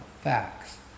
facts